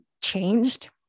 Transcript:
changed